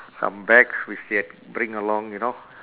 some bags which they had bring along you know